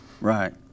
Right